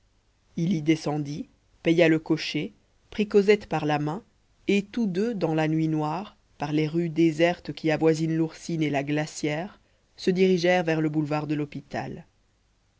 il y descendit paya le cocher prit cosette par la main et tous deux dans la nuit noire par les rues désertes qui avoisinent l'ourcine et la glacière se dirigèrent vers le boulevard de l'hôpital